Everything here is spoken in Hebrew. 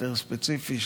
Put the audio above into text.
יותר ספציפי,